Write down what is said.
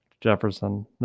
Jefferson